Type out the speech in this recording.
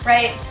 Right